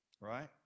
Right